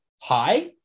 high